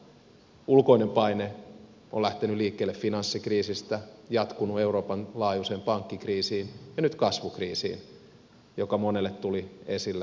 ulkoinen paine on lähtenyt liikkeelle finanssikriisistä jatkunut euroopan laajuiseen pankkikriisiin ja nyt kasvukriisiin joka monella tuli esille noissa vastauksissa